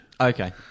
Okay